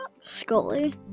Scully